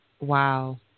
Wow